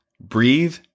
breathe